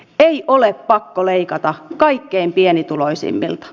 ei ole pakko leikata kaikkein pienituloisimmilta